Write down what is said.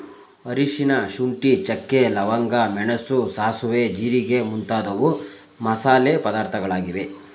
ಅರಿಶಿನ, ಶುಂಠಿ, ಚಕ್ಕೆ, ಲವಂಗ, ಮೆಣಸು, ಸಾಸುವೆ, ಜೀರಿಗೆ ಮುಂತಾದವು ಮಸಾಲೆ ಪದಾರ್ಥಗಳಾಗಿವೆ